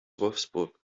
wolfsburg